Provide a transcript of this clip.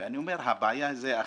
ואני אומר: הבעיה זה אכיפה.